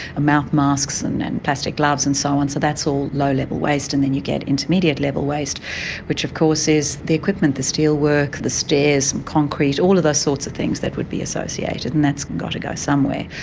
mouth masks and and plastic gloves and so on, so that's all low level waste. and then you get intermediate level waste which of course is the equipment, the steel work, the stairs, some concrete, all the sorts of things that would be associated, and that's got to go somewhere.